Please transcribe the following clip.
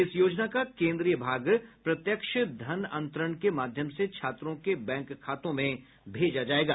इस योजना का केन्द्रीय भाग प्रत्यक्ष धन अंतरण के माध्यम से छात्रों के बैंक खातों में भेजा जाएगा